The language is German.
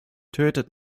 tötet